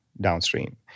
downstream